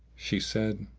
she said,